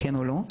כן או לא,